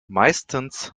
meistens